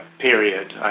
period